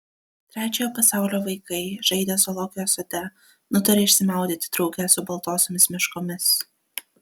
trečiojo pasaulio vaikai žaidę zoologijos sode nutarė išsimaudyti drauge su baltosiomis meškomis